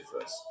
first